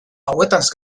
hauetaz